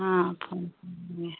हाँ फूल के लिए